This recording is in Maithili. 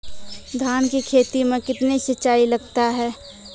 धान की खेती मे कितने सिंचाई लगता है?